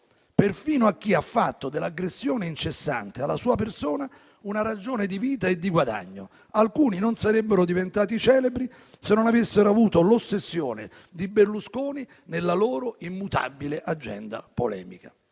perfino a chi ha fatto dell'aggressione incessante alla sua persona una ragione di vita e di guadagno. Alcuni non sarebbero diventati celebri se non avessero avuto l'ossessione di Berlusconi nella loro immutabile agenda polemica.